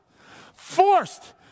forced